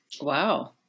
Wow